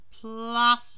Plus